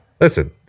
Listen